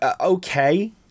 Okay